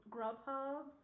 Grubhub